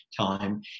time